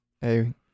Hey